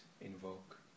invoke